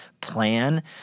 plan